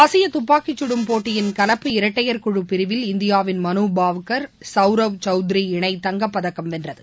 ஆசியதுப்பாக்கிச்சுடும் போட்டியின் கலப்பு இரட்டையர் குழு பிரிவில் இந்தியாவின் மனுபாக்கர் சவுரப் சௌத்ரி இணை தங்கப் பதக்கம் வென்றது